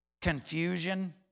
confusion